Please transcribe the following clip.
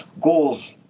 goals